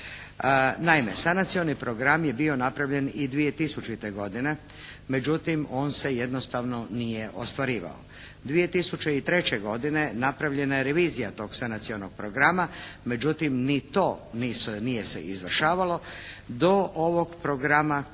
Naime, sanacioni program je bio napravljen i 2000. godine, međutim on se jednostavno nije ostvarivao. 2003. godine napravljena je revizija tog sanacionog programa, međutim ni to nije se izvršavalo do ovog programa kojeg